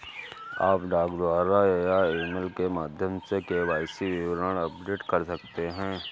आप डाक द्वारा या ईमेल के माध्यम से के.वाई.सी विवरण अपडेट कर सकते हैं